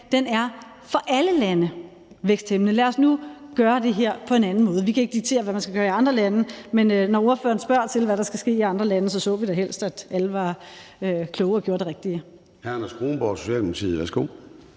for alle lande; lad os nu gøre det her på en anden måde. Vi kan ikke diktere, hvad man skal gøre i andre lande. Men når ordføreren spørger til, hvad der skal ske i andre lande, så vi da helst, at alle var kloge og gjorde det rigtige.